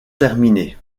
terminé